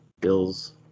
Bills